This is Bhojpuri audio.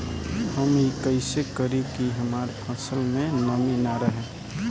हम ई कइसे करी की हमार फसल में नमी ना रहे?